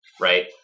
right